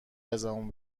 ازمون